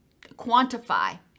quantify